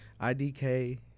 IDK